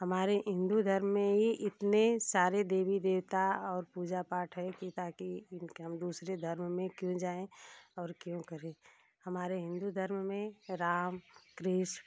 हमारे हिन्दू धर्म में ही इतने सारे देवी देवता और पूजा पाठ है कि ताकि हम दूसरे धर्म में क्यों जाएँ और क्यों करें हमारे हिंदू धर्म में राम कृष्ण